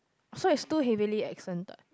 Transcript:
so it's too heavily accent ah